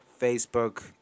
facebook